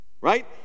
Right